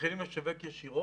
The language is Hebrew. מתחילים לשווק ישירות.